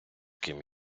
ким